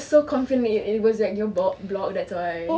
I was so confident that it was at your block that's why